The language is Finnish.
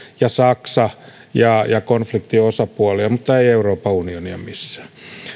ja saksa ja ja konfliktin osapuolia mutta ei euroopan unionia missään